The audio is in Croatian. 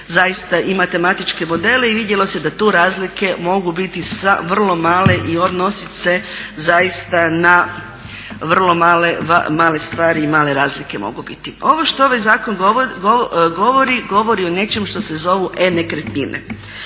zaista i matematičke modele i vidjelo se da tu razlike mogu biti vrlo male i odnositi se zaista na vrlo male stvari i male razlike mogu biti. Ovo što ovaj zakon govori, govori o nečem što se zovu e-nekretnine.